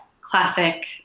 classic